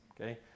Okay